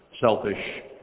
selfish